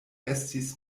estis